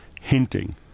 hinting